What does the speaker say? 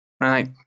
right